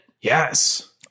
Yes